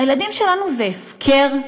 הילדים שלנו זה הפקר?